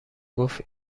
گفت